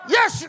Yes